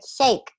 shake